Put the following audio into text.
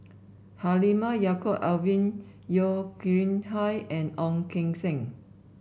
Halimah Yacob Alvin Yeo Khirn Hai and Ong Keng Sen